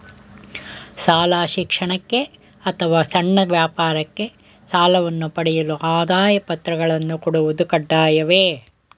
ಶಾಲಾ ಶಿಕ್ಷಣಕ್ಕೆ ಅಥವಾ ಸಣ್ಣ ವ್ಯಾಪಾರಕ್ಕೆ ಸಾಲವನ್ನು ಪಡೆಯಲು ಆದಾಯ ಪತ್ರಗಳನ್ನು ಕೊಡುವುದು ಕಡ್ಡಾಯವೇ?